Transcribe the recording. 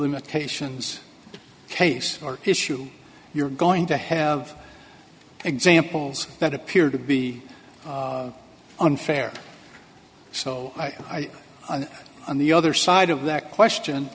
limitations case or issue you're going to have examples that appear to be unfair so i on the other side of that question